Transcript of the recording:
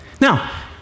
Now